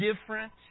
different